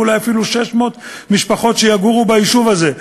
ואולי אפילו 600 משפחות שיגורו ביישוב הזה.